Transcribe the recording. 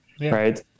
Right